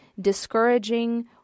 discouraging